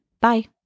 Bye